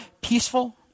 peaceful